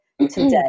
Today